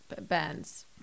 bands